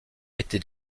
était